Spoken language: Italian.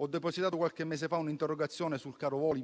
ho depositato qualche mese fa un'interrogazione sul caro voli